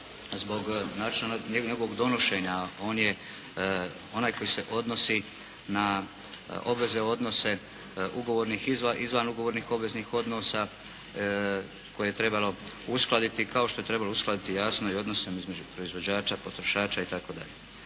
zbog njegovog donošenja. On je onaj koji se odnosi na obvezne odnose ugovornih i izvan ugovornih odnosa koje je trebalo uskladiti, kao što je trebalo uskladiti jasno i odnose između proizvođača, potrošača itd.